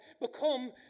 become